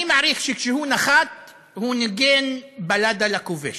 אני מעריך שכשהוא נחת הוא ניגן "בלדה לכובש".